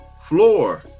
floor